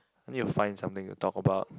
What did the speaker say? I need to find something to talk about